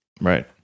right